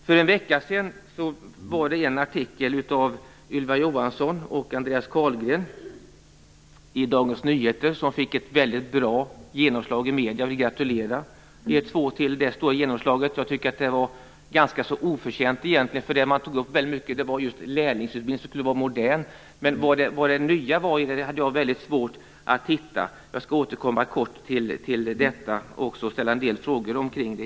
För en vecka sedan var det en artikel av Ylva Johansson och Andreas Carlgren i Dagens Nyheter som fick väldigt bra genomslag i medierna. Jag vill gratulera till detta stora genomslag, men jag tycker att det var ganska oförtjänt egentligen. Det man tog upp var väldigt mycket just lärlingsutbildningen, som skulle vara modern. Vad det nya var hade jag väldigt svårt att se. Jag skall återkomma kort till detta, och också ställa en del frågor omkring det.